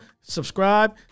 subscribe